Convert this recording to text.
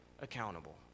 accountable